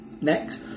Next